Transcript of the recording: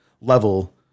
level